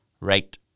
Right